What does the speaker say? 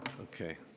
Okay